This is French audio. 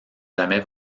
jamais